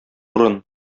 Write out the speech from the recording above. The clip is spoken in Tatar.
урын